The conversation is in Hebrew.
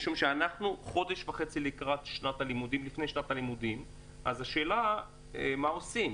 אנחנו חודש וחצי לפני שנת הלימודים והשאלה היא מה עושים.